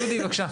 דודי בבקשה.